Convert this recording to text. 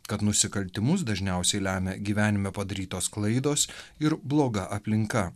kad nusikaltimus dažniausiai lemia gyvenime padarytos klaidos ir bloga aplinka